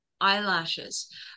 eyelashes